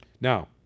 Now